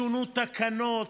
שונו תקנות,